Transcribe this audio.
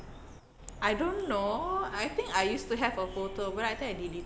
I don't know I think I used to have a photo but then I think I deleted